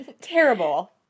Terrible